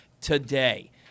Today